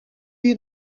hier